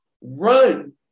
run